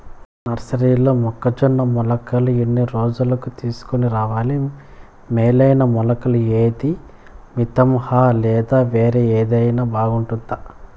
నర్సరీలో మొక్కజొన్న మొలకలు ఎన్ని రోజులకు తీసుకొని రావాలి మేలైన మొలకలు ఏదీ? మితంహ లేదా వేరే ఏదైనా బాగుంటుందా?